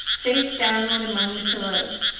face downward among the pillows.